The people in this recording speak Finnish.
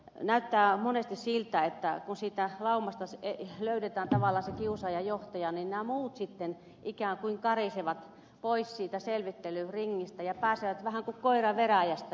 näyttää monesti siltä että kun siitä laumasta löydetään tavallaan se kiusaamisen johtaja niin nämä muut sitten ikään kuin karisevat pois siitä selvittelyringistä ja pääsevät vähän kuin koira veräjästä